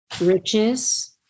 riches